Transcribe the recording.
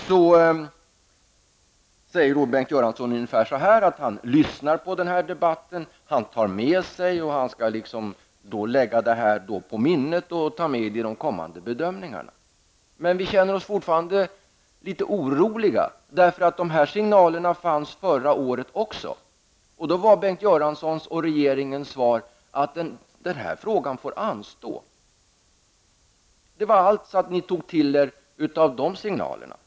Där säger Bengt Göransson ungefär som så, att han lyssnar på debatten, han tar med sig detta, och han skall liksom lägga detta på minnet och ta med de kommande bedömningarna. Men vi känner oss fortfarande litet oroliga, eftersom dessa signaler fanns också förra året. Då var Bengt Göranssons och regeringens svar att frågan får anstå. Det var allt ni tog till er av de signalerna.